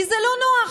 כי זה לא נוח,